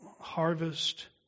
harvest